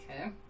Okay